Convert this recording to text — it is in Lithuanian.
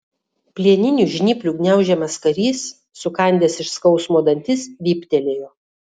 plieninių žnyplių gniaužiamas karys sukandęs iš skausmo dantis vyptelėjo